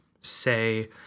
say